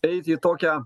eiti į tokią